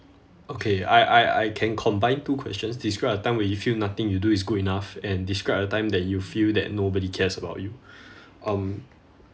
okay I I I can combine two questions describe a time when you feel nothing you do is good enough and describe a time that you feel that nobody cares about you um